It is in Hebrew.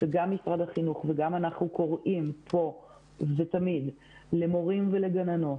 וגם משרד החינוך וגם אנחנו קוראים כאן ותמיד למורים ולגננות,